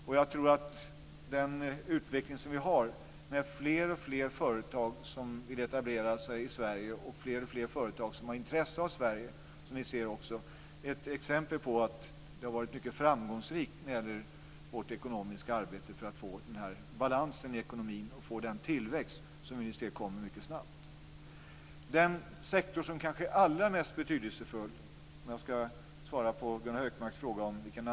Den nuvarande utvecklingen med fler och fler företag som har intresse av och vill etablera sig i Sverige är ett exempel på att det ekonomiska arbetet har varit framgångsrikt för att få balansen i ekonomin och den tillväxt som sker. Jag ska svara på Gunnar Hökmarks fråga om regeringens analys av utvecklingen i framtiden.